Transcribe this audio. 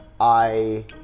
I-